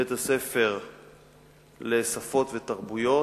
בית-הספר "שפות ותרבויות"